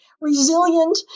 resilient